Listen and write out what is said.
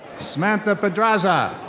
samantha pedraza.